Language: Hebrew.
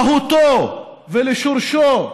למהותו ולשורשו